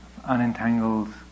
unentangled